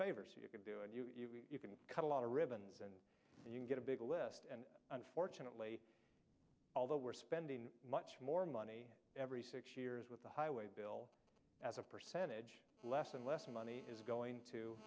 favors you can do and you you can cut a lot of ribbons and you can get a big list and unfortunately although we're spending much more money every six years with the highway bill as a percentage less and less money is going to